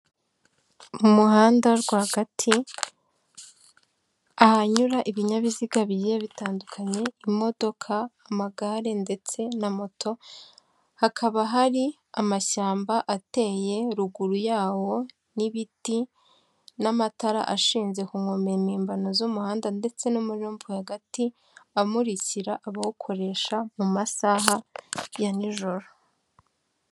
Mu muhanda rwagati ahanyura ibinyabiziga bigiye bitandukanye imodoka, amagare ndetse na moto, hakaba hari amashyamba ateye ruguru yawo n'ibiti, n'amatara ashinze ku nkombe mpimbano z'umuhanda ndetse no muri rompuwe hagati amurikira abawukoresha mu masaha ya nijoro.